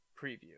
preview